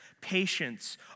patience